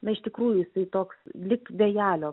na iš tikrųjų jisai toks lyg vėjelio